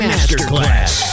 Masterclass